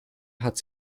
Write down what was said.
hat